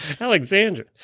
Alexandra